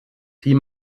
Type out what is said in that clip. die